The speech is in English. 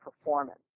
performance